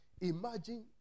imagine